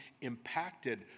impacted